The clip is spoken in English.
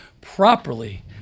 properly